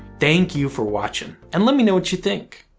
thank you for watching, and let me know what you think.